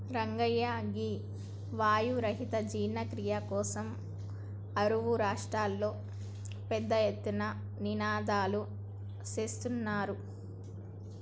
రంగయ్య గీ వాయు రహిత జీర్ణ క్రియ కోసం అరువు రాష్ట్రంలో పెద్ద ఎత్తున నినాదలు సేత్తుర్రు